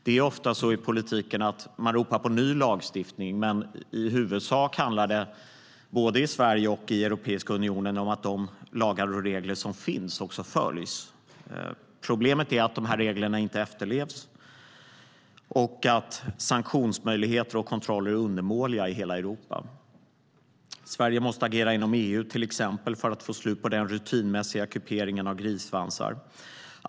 Det är ofta så i politiken att man ropar på ny lagstiftning, men i huvudsak handlar det både i Sverige och i Europeiska unionen om att de lagar och regler som finns ska följas. Problemet är att reglerna inte efterlevs och att sanktionsmöjligheter och kontroller är undermåliga i hela Europa. Sverige måste till exempel agera inom EU för att få slut på den rutinmässiga kuperingen av grissvansar.